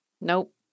Nope